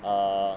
err